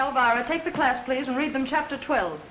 elvira take the class plays rhythm chapter twelve